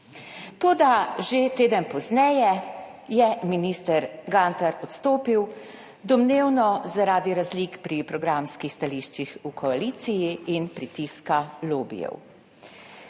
Toda že teden pozneje je minister Gantar odstopil, domnevno zaradi razlik pri programskih stališčih v koaliciji in pritiska lobijev.